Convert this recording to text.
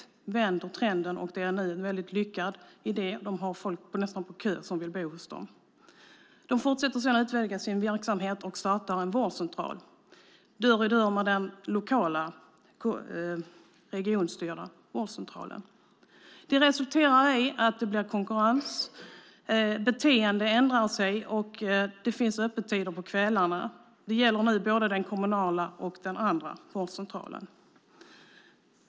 De vänder trenden och det blir väldigt lyckat. Folk står nästan i kö för att bo där. De fortsätter sedan och utökar sin verksamhet och startar en vårdcentral, dörr i dörr med den lokala, regionstyrda vårdcentralen. Detta resulterar i att det blir konkurrens. Beteende ändrar sig, och det finns numera öppettider på kvällarna på både den kommunala vårdcentralen och den andra.